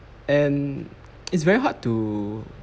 and it's very hard to